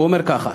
הוא אומר ככה: